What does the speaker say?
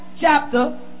chapter